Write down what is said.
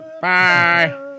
Bye